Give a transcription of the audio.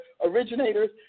originators